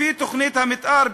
לפי תוכנית המתאר,